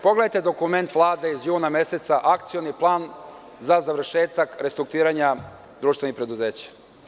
Pogledajte dokument Vlade iz juna meseca akcioni plan za završetak restrukturiranja društvenih preduzeća.